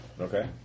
Okay